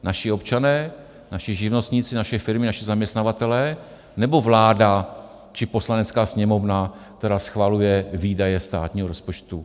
Naši občané, naši živnostníci, naše firmy, naši zaměstnavatelé, nebo vláda či Poslanecká sněmovna, která schvaluje výdaje státního rozpočtu?